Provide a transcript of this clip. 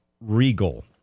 regal